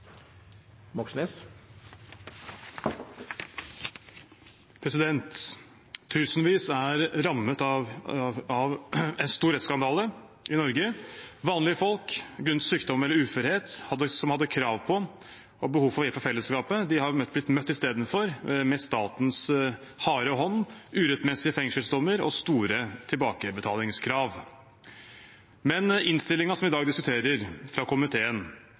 rammet av en stor rettsskandale i Norge. Vanlige folk som grunnet sykdom eller uførhet hadde krav på og behov for hjelp fra fellesskapet, ble istedenfor møtt med statens harde hånd: urettmessige fengselsdommer og store tilbakebetalingskrav. Men innstillingen fra komiteen som vi i dag diskuterer